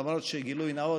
למרות שגילוי נאות,